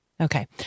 okay